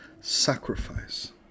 sacrifice